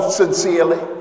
sincerely